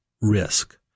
risk